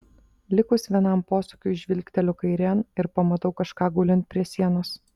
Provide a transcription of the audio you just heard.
likus vienam posūkiui žvilgteliu kairėn ir pamatau kažką gulint prie sienos